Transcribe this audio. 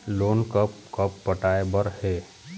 Loan कब कब पटाए बर हे?